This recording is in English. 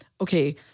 Okay